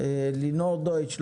לינור דויטש,